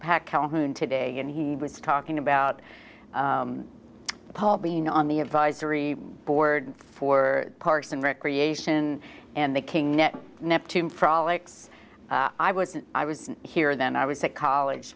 pac calhoun today and he was talking about paul being on the advisory board for parks and recreation and the king net neptune frolics i was i was here then i was at college